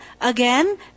again